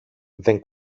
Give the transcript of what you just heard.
δεν